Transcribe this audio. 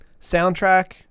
soundtrack